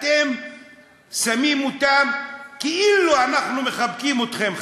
אתם שמים אותם, כאילו: אנחנו מחבקים אתכם.